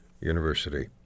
University